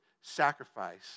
sacrifice